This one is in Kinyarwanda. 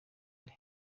ari